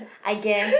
I guess